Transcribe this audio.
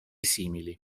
simili